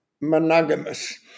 monogamous